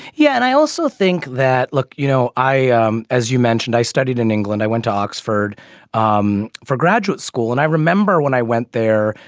yeah and i also think that look you know i ah um as you mentioned i studied in england i went to oxford um for graduate school and i remember when i went there.